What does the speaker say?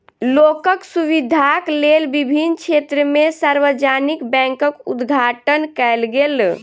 लोकक सुविधाक लेल विभिन्न क्षेत्र में सार्वजानिक बैंकक उद्घाटन कयल गेल